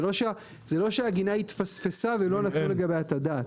זה לא שהגינה התפספסה ולא נתנו לגביה את הדעת.